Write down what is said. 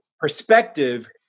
perspective